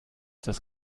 das